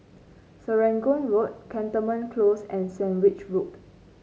Serangoon Road Cantonment Close and Sandwich Road